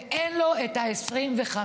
ואין לו את ה-25%?